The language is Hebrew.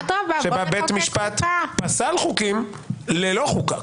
שבה בית משפט פסל חוקים ללא חוקה.